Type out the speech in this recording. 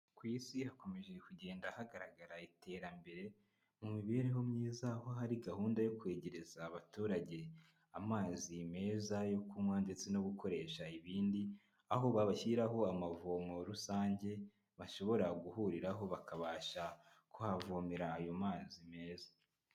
Ku Isi hakomeje kugenda hagaragara iterambere, mu mibereho myiza aho hari gahunda yo kwegereza abaturage amazi meza yo kunywa ndetse no gukoresha ibindi, aho babashyiraho amavomo rusange, bashobora guhuriraho bakabasha kuhavomerara ayo mazi meza.